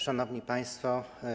Szanowni Państwo!